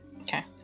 Okay